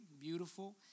beautiful